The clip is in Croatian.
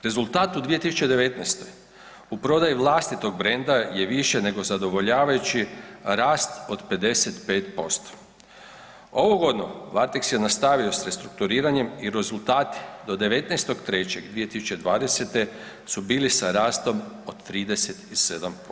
Rezultati u 2019. u prodaji vlastitog brenda je više nego zadovoljavajući rast od 55%. ovu godinu „Varteks“ je nastavio sa restrukturiranjem i rezultati do 19.3.2020. su bili sa rastom od 37%